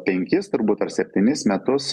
penkis turbūt ar septynis metus